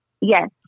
Yes